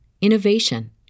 innovation